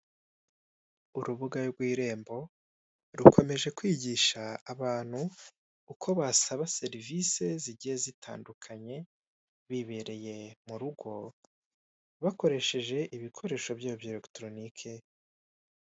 Urubuga rw'irembo rukomeje kwigisha abantu uko basaba serivise zitandukanye, bibereye mu rugo bakoresheje ibikoresho byabo bya elegitoronike.